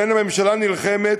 שבהן הממשלה נלחמת,